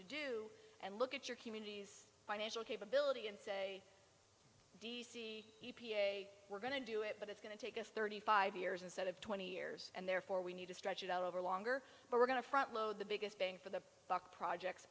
to do and look at your communities financial capability and say d c e p a we're going to do it but it's going to take us thirty five years instead of twenty years and therefore we need to stretch it out over longer but we're going to front load the biggest bang for the buck projects